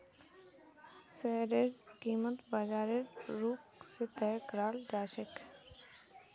शेयरेर कीमत बाजारेर रुख से तय कराल जा छे